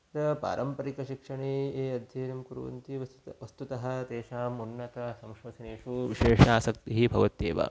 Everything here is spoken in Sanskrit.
अत्र पारम्परिकशिक्षणे ये अध्ययनं कुर्वन्ति वस्तुतः वस्तुतः तेषाम् उन्नतसंशोधनेषु विशेषा आसक्तिः भवत्येव